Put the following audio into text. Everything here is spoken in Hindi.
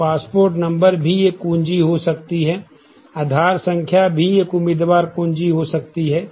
तो पासपोर्ट नंबर भी एक कुंजी हो सकती है आधार संख्या भी एक उम्मीदवार कुंजी हो सकती है